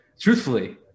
truthfully